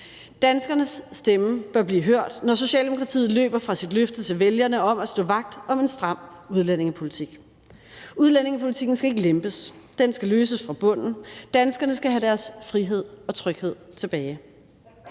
Danskernes stemme bør blive hørt, når Socialdemokratiet løber fra sit løfte til vælgerne om at stå vagt om en stram udlændingepolitik. Udlændingepolitikken skal ikke lempes. Den skal løses fra bunden. Danskerne skal have deres frihed og tryghed tilbage.